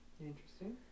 Interesting